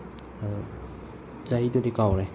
ꯑꯗꯣ ꯆꯍꯤꯗꯨꯗꯤ ꯀꯥꯎꯈ꯭ꯔꯦ